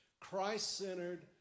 Christ-centered